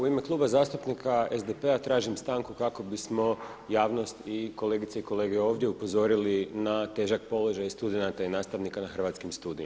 U ime Kluba zastupnika SDP-a tražim stanku kako bismo javnost i kolegice i kolege ovdje upozorili na težak položaj studenata i nastavnika na hrvatskim studijima.